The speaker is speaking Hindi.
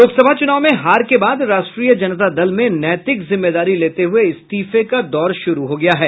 लोकसभा चूनाव में हार के बाद राष्ट्रीय जनता दल में नैतिक जिम्मेदारी लेते हुए इस्तीफे का दौर शुरू हो गया है